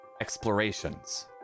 explorations